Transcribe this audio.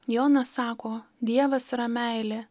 jonas sako dievas yra meilė